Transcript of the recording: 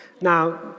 now